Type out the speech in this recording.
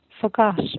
forgot